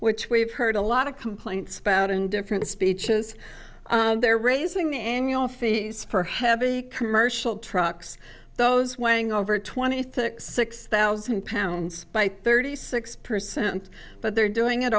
which we've heard a lot of complaints about in different speeches they're raising the annual fees for heavy commercial trucks those waiting over twenty thirty six thousand pounds by thirty six percent but they're doing it